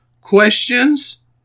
questions